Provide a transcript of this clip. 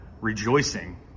rejoicing